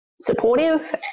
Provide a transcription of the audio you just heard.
supportive